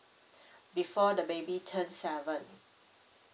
before the baby turn seven